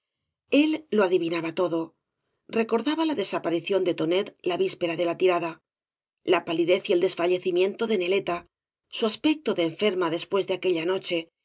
el lo adivinaba todo recordaba la desapari cióq de tonet la víspera de la tirada la palidez y el desfallecimiento de neleta su aspecto de enferma después de aquella noche